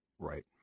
Right